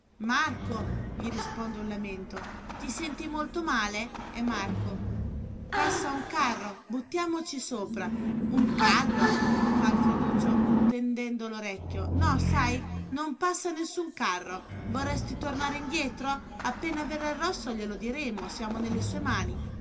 marco gli risponde un lamento ti senti molto male e marco passa un carro buttamici sopra un carro fa alfreduccio tendendo l'orecchio no sai non passa nessun carro vorresti tornare indietro appena verrà il rosso glielo diremo siamo nelle sue mani